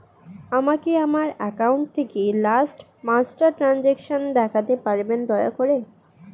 আমাকে আমার অ্যাকাউন্ট থেকে লাস্ট পাঁচটা ট্রানজেকশন দেখাতে পারবেন দয়া করে